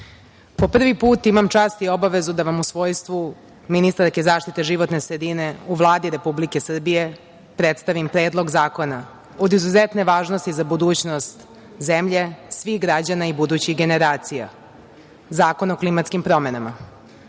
prvi put imam čast i obavezu da vam u svojstvu ministarke zaštite životne sredine u Vladi Republike Srbije predstavim predlog zakona od izuzetne važnosti za budućnost zemlje svih građana i budućih generacija, zakon o klimatskim promenama. Ovaj